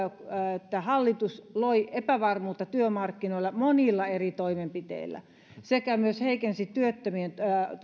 että hallitus loi epävarmuutta työmarkkinoilla monilla eri toimenpiteillä se myös heikensi työttömien